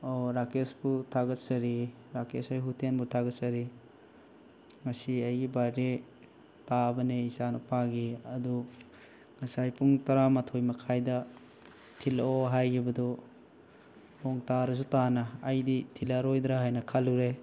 ꯑꯣ ꯔꯥꯀꯦꯁꯄꯨ ꯊꯥꯒꯠꯆꯔꯤ ꯔꯥꯀꯦꯁ ꯍꯣꯏ ꯍꯣꯇꯦꯜꯕꯨ ꯊꯥꯒꯠꯆꯔꯤ ꯉꯁꯤ ꯑꯩꯒꯤ ꯕꯥꯔꯗꯦ ꯇꯥꯕꯅꯦ ꯏꯆꯥꯅꯨꯄꯥꯒꯤ ꯑꯗꯨ ꯉꯁꯥꯏ ꯄꯨꯡ ꯇꯔꯥ ꯃꯥꯊꯣꯏ ꯃꯈꯥꯏꯗ ꯊꯤꯜꯂꯛꯑꯣ ꯍꯥꯏꯒꯤꯕꯗꯣ ꯅꯣꯡꯇꯥꯔꯁꯨ ꯇꯥꯅ ꯑꯩꯗꯤ ꯊꯤꯜꯂꯛꯑꯔꯣꯏꯗ꯭ꯔꯥ ꯍꯥꯏꯅ ꯈꯜꯂꯨꯔꯦ